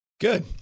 Good